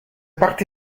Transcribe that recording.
parti